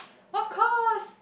of course